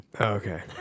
okay